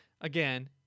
again